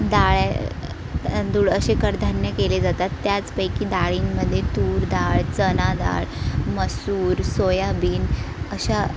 डाळ तांदूळ असे कडधान्य केले जातात त्याचपैकी डाळींमध्ये तूरडाळ चणाडाळ मसूर सोयाबीन अशा